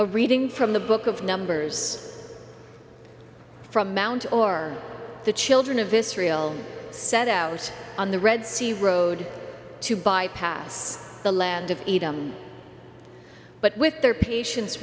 a reading from the book of numbers from mount or the children of israel set out on the red sea road to bypass the land of but with their patients